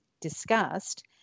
discussed